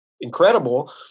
incredible